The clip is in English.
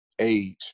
age